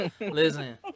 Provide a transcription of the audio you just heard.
Listen